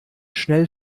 schnell